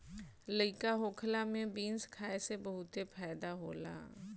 लइका होखला में बीन्स खाए से बहुते फायदा होला